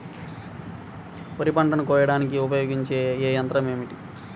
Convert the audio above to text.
వరిపంటను పంటను కోయడానికి ఉపయోగించే ఏ యంత్రం ఏమిటి?